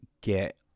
get